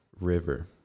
river